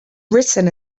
written